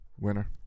winner